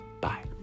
bye